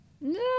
no